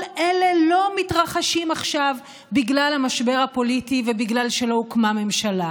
לא הצליחו להתגבר על הפחדים הפוליטיים שלהם וליצור ממשלת